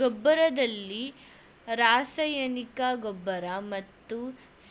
ಗೊಬ್ಬರದಲ್ಲಿ ರಾಸಾಯನಿಕ ಗೊಬ್ಬರ ಮತ್ತು